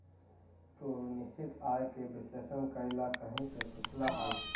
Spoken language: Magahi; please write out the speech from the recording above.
तू निश्चित आय के विश्लेषण कइला कहीं से सीखलऽ हल?